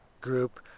group